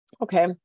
Okay